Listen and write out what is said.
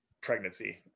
pregnancy